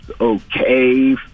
okay